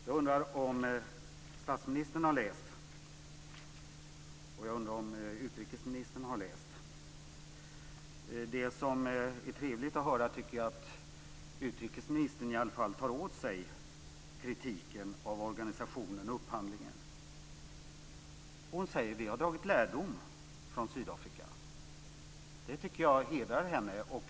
Jag undrar om statsministern och utrikesministern har läst det. Jag tycker att det är trevligt att höra att utrikesministern i alla fall tar åt sig kritiken av organisationen och upphandlingen. Hon säger att de har dragit lärdom av Sydafrikaresan. Jag tycker att det hedrar henne.